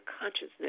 consciousness